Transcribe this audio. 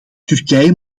turkije